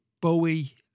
bowie